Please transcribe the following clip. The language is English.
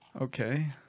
okay